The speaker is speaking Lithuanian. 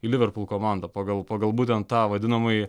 į liverpul komandą pagal pagal būtent tą vadinamąjį